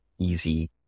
easy